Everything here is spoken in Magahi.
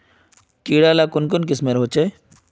कीड़ा ला कुन कुन किस्मेर होचए?